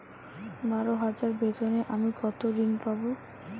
বারো হাজার বেতনে আমি কত ঋন পাব?